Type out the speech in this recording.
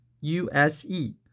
U-S-E